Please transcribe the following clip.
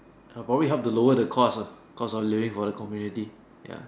I'd probably help to lower the cost lah cause I'm living for the community ya